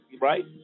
Right